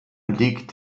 liegt